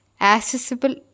accessible